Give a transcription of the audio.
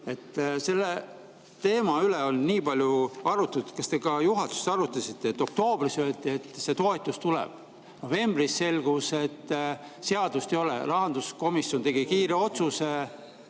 Selle teema üle on nii palju arutatud. Kas te ka juhatuses arutasite, et oktoobris öeldi, et see toetus tuleb, novembris selgus, et seadust ei ole. Rahanduskomisjon tegi kiire otsuse,